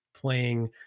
playing